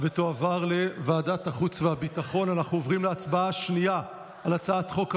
לוועדה שתקבע ועדת הכנסת נתקבלה.